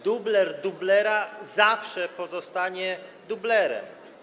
Dubler dublera zawsze pozostanie dublerem.